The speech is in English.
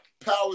power